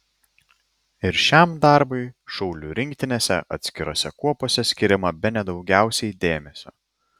ir šiam darbui šaulių rinktinėse atskirose kuopose skiriama bene daugiausiai dėmesio